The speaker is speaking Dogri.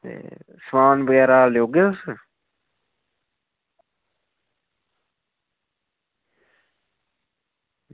ते समान बगैरा लेई औगे ओ तुस